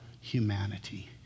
humanity